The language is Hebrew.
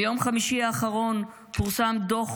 ביום חמישי האחרון פורסם דוח